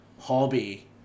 hobby